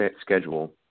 schedule